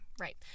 Right